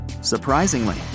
Surprisingly